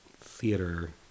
theater